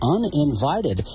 Uninvited